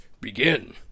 begin